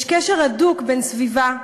יש קשר הדוק בין סביבה,